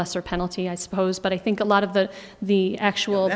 lesser penalty i suppose but i think a lot of the the actual